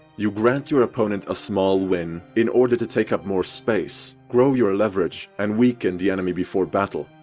you grant your opponent a small win in order to take up more space, grow your leverage and weaken the enemy before battle.